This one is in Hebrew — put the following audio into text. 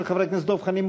של חברי הכנסת דב חנין,